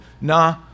nah